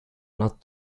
not